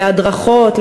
להדרכות,